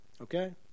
Okay